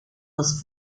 los